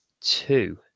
two